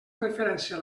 referència